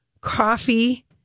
coffee